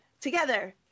Together